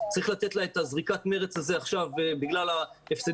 צריך לתת לה את זריקת המרץ הזו עכשיו בגלל ההפסדים